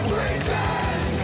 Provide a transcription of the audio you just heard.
Pretend